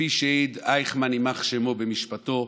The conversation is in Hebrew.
כפי שהעיד אייכמן, יימח שמו, במשפטו,